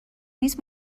نیست